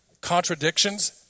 contradictions